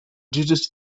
deduced